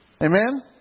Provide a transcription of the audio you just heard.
Amen